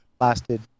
lasted